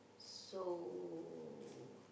so